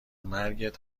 مرگت